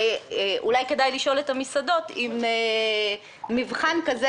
אולי כדאי לשאול את המסעדות האם מבחן כזה